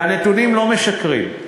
והנתונים לא משקרים.